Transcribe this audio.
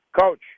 coach